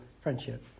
friendship